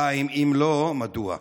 2. אם לא, מדוע?